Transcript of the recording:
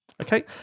Okay